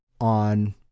on